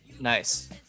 Nice